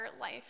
life